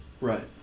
Right